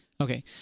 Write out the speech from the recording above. Okay